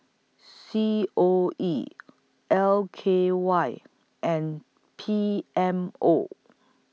C O E L K Y and P M O